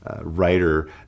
Writer